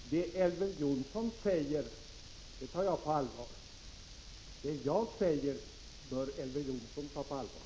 Fru talman! Det som Elver Jonsson säger tar jag på allvar. Det jag säger bör Elver Jonsson ta på allvar.